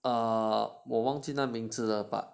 err 我忘记那名字了